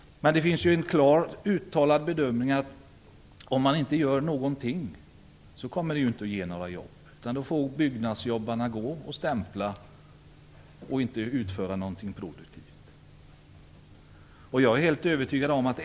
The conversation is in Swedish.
Det finns en klart uttalad bedömning att om man inte gör någonting får man inte fram några jobb, utan då får byggnadsjobbarna gå och stämpla utan att utföra någonting produktivt.